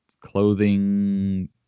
clothing